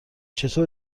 چطور